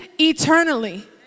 eternally